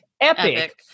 epic